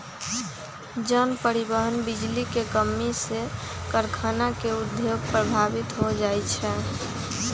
जन, परिवहन, बिजली के कम्मी से कारखाना के उद्योग प्रभावित हो जाइ छै